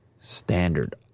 standard